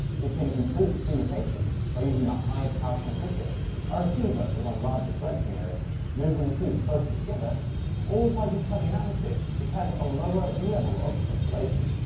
we can improve the communication by using a higher power transmitter a um receiver with a larger collecting area moving the two closer together or by just having an atmosphere which has a lower um level of scintillation.